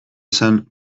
esan